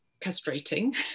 castrating